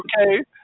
Okay